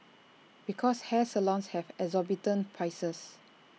because hair salons have exorbitant prices